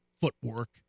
footwork